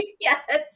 Yes